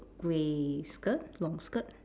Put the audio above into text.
grey skirt long skirt